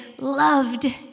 loved